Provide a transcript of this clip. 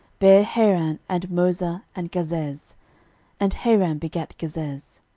bare haran, and moza, and gazez and haran begat gazez.